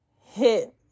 hit